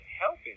helping